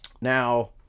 Now